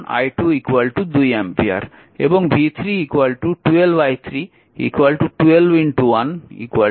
এবং v3 12 i3 12 1 12 volt